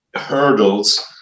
hurdles